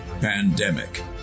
pandemic